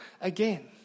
again